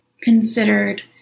considered